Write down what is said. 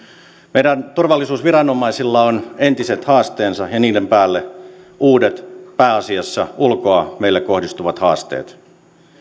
meidän turvallisuusviranomaisillamme on entiset haasteensa ja niiden päälle uudet pääasiassa ulkoa meille kohdistuvat haasteet